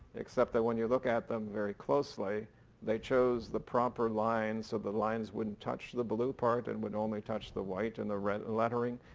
except that when you look at them very closely they chose the proper lines so the lines wouldn't touch the blue part and would only touch the white and the red lettering.